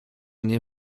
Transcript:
nie